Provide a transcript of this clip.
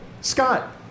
Scott